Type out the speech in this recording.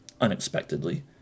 unexpectedly